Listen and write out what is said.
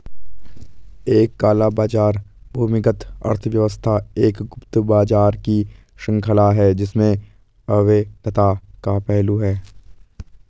एक काला बाजार भूमिगत अर्थव्यवस्था एक गुप्त बाजार की श्रृंखला है जिसमें अवैधता का पहलू है